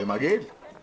מודה לכם, הישיבה נעולה.